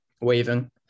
waving